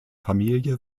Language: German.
familie